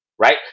Right